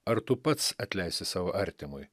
ar tu pats atleisi savo artimui